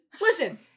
Listen